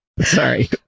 Sorry